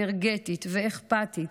אנרגטית ואכפתית,